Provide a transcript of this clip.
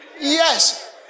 Yes